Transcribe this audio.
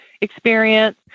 experience